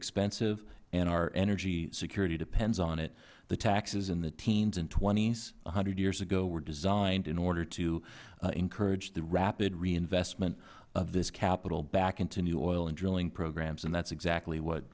expensive and our energy security depends on it the taxes in the teens and s a hundred years ago were designed in order to encourage the rapid reinvestment of this capital back into the oil and drilling programs and that's exactly what